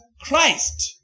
Christ